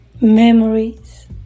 memories